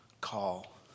call